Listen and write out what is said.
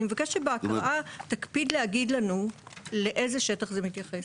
אני מבקשת שבהקראה תקפיד להגיד לנו לאיזה שטח זה מתייחס,